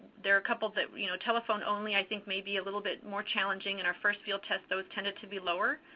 there are a couple that you know telephone only, i think may be a little bit more challenging. in our first field test, those tended to be lower.